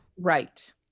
Right